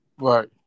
Right